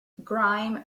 grime